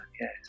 yes